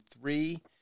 three